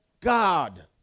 God